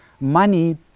money